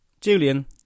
Julian